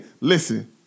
Listen